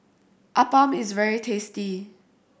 Appam is very tasty